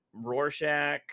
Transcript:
Rorschach